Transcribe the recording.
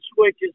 switches